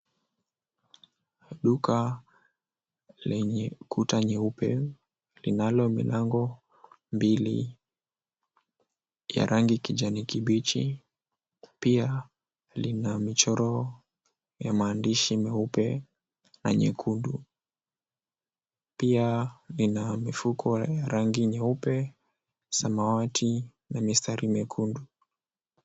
Duka lenye kuta nyeupe linalo milango mbili ya rangi kijani kibichi pia lina michoro ya maandishi meupe na nyekundu. Pia lina mifuko ya rangi nyeupe, samawati na mistari mekundu.